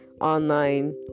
online